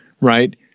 right